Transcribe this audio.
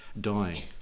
dying